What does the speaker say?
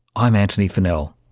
i'm antony funnell